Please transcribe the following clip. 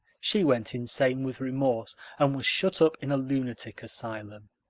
she went insane with remorse and was shut up in a lunatic asylum.